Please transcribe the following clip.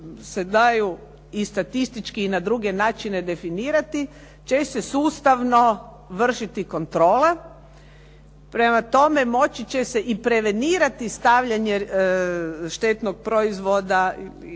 daju i statističke i na druge načine definirati će se sustavno vršiti kontrola, prema tome, moći će se i prevenirati stavljanje štetnog proizvoda na